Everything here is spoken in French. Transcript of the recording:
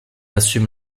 assume